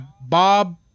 bob